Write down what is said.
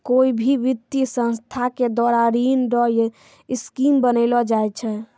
कोय भी वित्तीय संस्था के द्वारा ऋण रो स्कीम बनैलो जाय छै